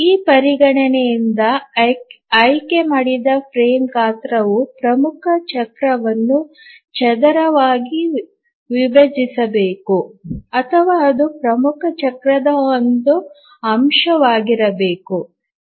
ಈ ಪರಿಗಣನೆಯಿಂದ ಆಯ್ಕೆಮಾಡಿದ ಫ್ರೇಮ್ ಗಾತ್ರವು ಪ್ರಮುಖ ಚಕ್ರವನ್ನು ಚದರವಾಗಿ ವಿಭಜಿಸಬೇಕು ಅಥವಾ ಅದು ಪ್ರಮುಖ ಚಕ್ರದ ಒಂದು ಅಂಶವಾಗಿರಬೇಕು